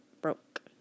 broke